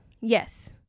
Yes